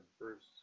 first